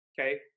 Okay